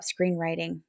screenwriting